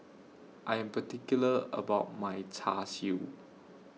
I Am particular about My Char Siu